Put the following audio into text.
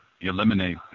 eliminate